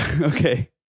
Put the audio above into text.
Okay